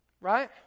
right